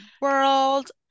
world